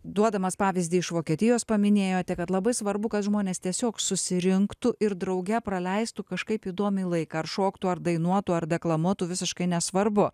duodamas pavyzdį iš vokietijos paminėjote kad labai svarbu kad žmonės tiesiog susirinktų ir drauge praleistų kažkaip įdomiai laiką ar šoktų ar dainuotų ar deklamuotų visiškai nesvarbu